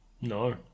No